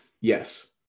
Yes